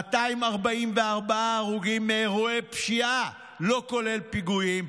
244 הרוגים מאירועי פשיעה לא כולל פיגועים.